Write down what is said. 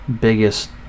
biggest